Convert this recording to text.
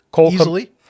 easily